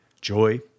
Joy